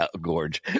gorge